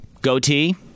Goatee